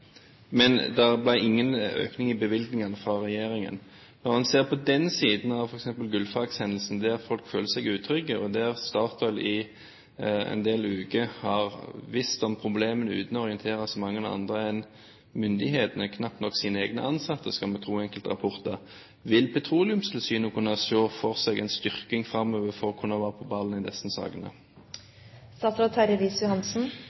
Men det ble ingen økning i bevilgningene fra regjeringen. Når en ser på den siden av f.eks. Gullfaks-hendelsen, der folk føler seg utrygge, og der Statoil i en del uker har visst om problemene uten å orientere så mange andre enn myndighetene – knapt nok sine egne ansatte, skal vi tro enkelte rapporter – vil Petroleumstilsynet kunne se for seg en styrking framover, for å kunne være «på ballen» i disse sakene?